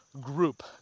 group